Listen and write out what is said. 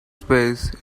space